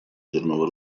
ядерного